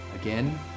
again